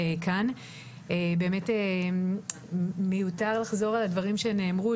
באמת מיותר לחזור על הדברים שנאמרו,